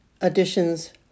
Additions